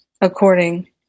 according